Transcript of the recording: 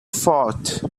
forth